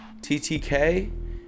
TTK